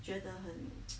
觉得很